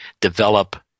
develop